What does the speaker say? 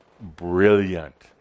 brilliant